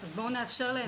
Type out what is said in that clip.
אז בואו נאפשר להם את זה.